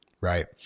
right